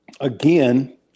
again